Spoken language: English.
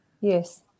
yes